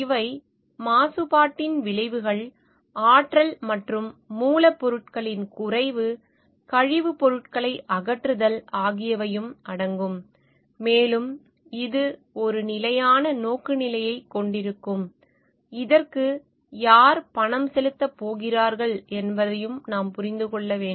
இவை மாசுபாட்டின் விளைவுகள் ஆற்றல் மற்றும் மூலப்பொருட்களின் குறைவு கழிவுப் பொருட்களை அகற்றுதல் ஆகியவையும் அடங்கும் மேலும் இது ஒரு நிலையான நோக்குநிலையைக் கொண்டிருக்கும் இதற்கு யார் பணம் செலுத்தப் போகிறார்கள் என்பதை நாம் புரிந்து கொள்ள வேண்டும்